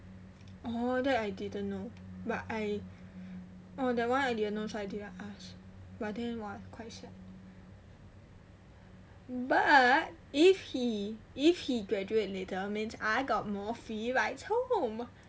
oh that I didn't know but I oh that one I didn't know so I didn't ask but then what quite sia but if he if he graduate later means I got more free rides home